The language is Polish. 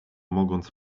mogąc